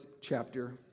chapter